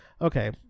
okay